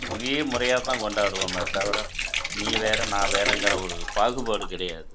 ஒரே முறையாக தான் கொண்டாடுவோமே தவிர நீ வேறு நான் வேறுங்குற ஒரு பாகுபாடு கிடையாது